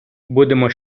будемо